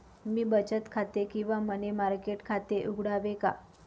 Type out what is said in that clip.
मी बचत खाते किंवा मनी मार्केट खाते उघडावे का?